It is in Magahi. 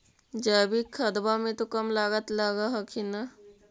जैकिक खदबा मे तो कम लागत लग हखिन न?